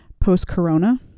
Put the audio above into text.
post-corona